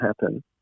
happen